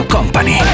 Company